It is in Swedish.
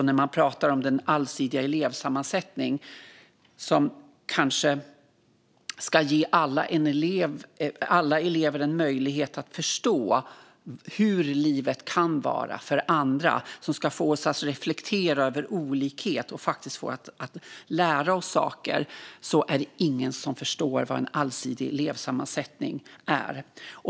När man pratar om den allsidiga elevsammansättningen, som ska ge alla elever en möjlighet att förstå hur livet kan vara för andra och som ska få oss att reflektera över olikhet och lära oss saker, är det ingen som förstår vad det är.